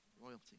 Royalty